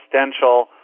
existential